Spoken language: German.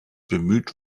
bemüht